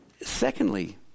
Secondly